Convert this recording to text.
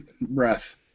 breath